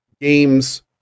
games